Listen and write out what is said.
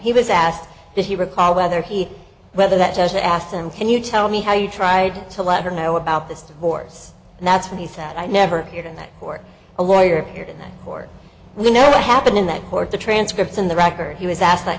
he was asked that he recall whether he whether that as i asked him can you tell me how you tried to let her know about this divorce and that's when he said i never hear in that court a lawyer appeared in court you know what happened in that court the transcripts in the record he was asked that